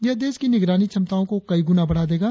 यह देश की निगरानी क्षमताओं को कई गुना बढ़ा देगा